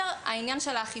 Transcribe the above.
בין היתר, עניין האכיפה.